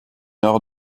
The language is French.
nord